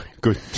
good